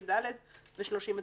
39יד ו-39טו.